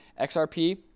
XRP